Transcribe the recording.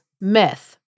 myth